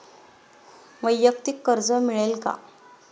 वैयक्तिक कर्ज मिळेल का?